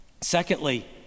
Secondly